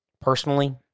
Personally